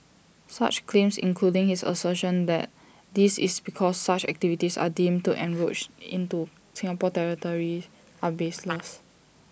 such claims including his assertion that this is because such activities are deemed to encroach into Singapore's territory are baseless